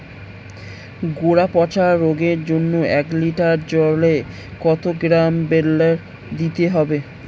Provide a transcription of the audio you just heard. গোড়া পচা রোগের জন্য এক লিটার জলে কত গ্রাম বেল্লের দিতে হবে?